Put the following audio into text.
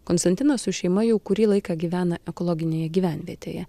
konstantinas su šeima jau kurį laiką gyvena ekologinėje gyvenvietėje